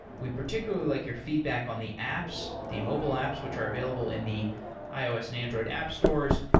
we particularly like your feedback on the apps, the mobile apps, which are available in the ios and android app stores,